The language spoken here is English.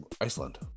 Iceland